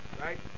Right